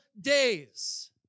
days